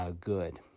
good